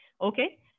okay